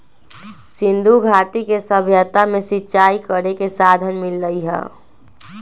सिंधुघाटी के सभ्यता में सिंचाई करे के साधन मिललई ह